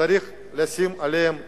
צריך לשים עליהם שילוט,